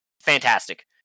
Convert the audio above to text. Fantastic